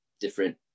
different